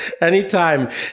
Anytime